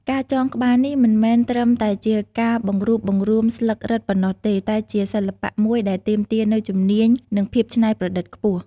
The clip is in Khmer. ការចងក្បាលនេះមិនមែនត្រឹមតែជាការបង្រួបបង្រួមស្លឹករឹតប៉ុណ្ណោះទេ តែជាសិល្បៈមួយដែលទាមទារនូវជំនាញ និងភាពច្នៃប្រឌិតខ្ពស់។